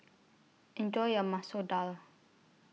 Enjoy your Masoor Dal